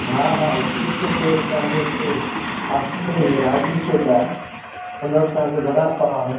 हा हा street food तव्हांखे हिते पासे में ई राजू फुड आ हुनजो तव्हांखे वड़ा पाव